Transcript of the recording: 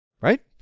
right